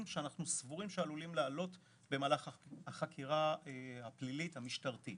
שאנחנו סבורים שעלולים לעלות במהלך החקירה הפלילית המשטרתית,